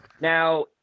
Now